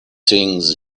things